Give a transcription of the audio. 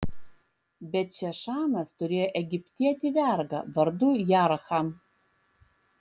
bet šešanas turėjo egiptietį vergą vardu jarhą